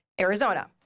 Arizona